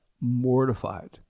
mortified